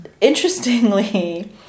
Interestingly